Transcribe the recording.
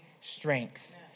strength